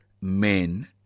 men